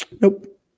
Nope